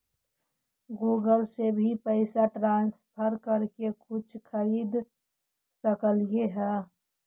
Google से भी पैसा ट्रांसफर कर के कुछ खरिद सकलिऐ हे?